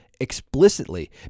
explicitly